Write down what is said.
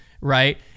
right